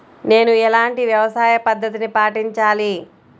నేను ఎలాంటి వ్యవసాయ పద్ధతిని పాటించాలి?